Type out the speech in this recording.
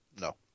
No